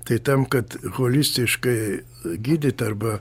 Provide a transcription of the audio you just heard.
tai tam kad holistiškai gydyt arba